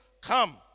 come